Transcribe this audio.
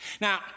now